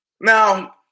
Now